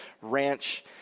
ranch